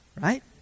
Right